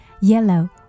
Yellow